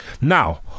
Now